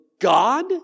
God